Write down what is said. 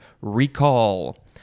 recall